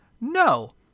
No